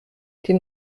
den